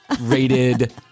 rated